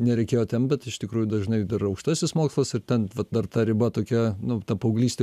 nereikėjo tempt bet iš tikrųjų dažnai dar aukštasis mokslas ir ten vat dar ta riba tokia nu ta paauglystė